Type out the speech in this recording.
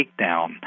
Takedown